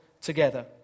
together